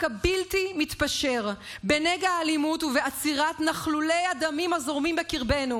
הבלתי-מתפשר בנגע האלימות ובעצירת נחלי הדמים הזורמים בקרבנו.